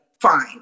fine